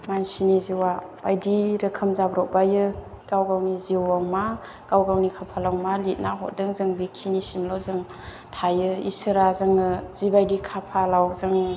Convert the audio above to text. मानसिनि जिउआ बायदि रोखोम जाब्रबबायो गाव गावनि जिउआव मा गाव गावनि खाफालआव मा लिरना हरदों जों बिखिनिसिमल' जों थायो इसोरआ जोंनो जिबायदि खाफालाव जों